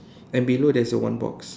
and below there is a one box